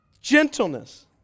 gentleness